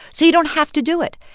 so you don't have to do it.